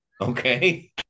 okay